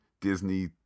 disney